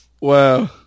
Wow